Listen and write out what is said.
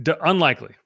Unlikely